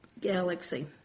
galaxy